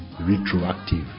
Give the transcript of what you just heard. retroactive